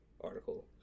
article